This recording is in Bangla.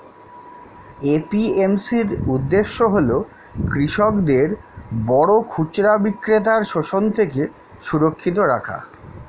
এ.পি.এম.সি এর উদ্দেশ্য হল কৃষকদের বড় খুচরা বিক্রেতার শোষণ থেকে সুরক্ষিত রাখা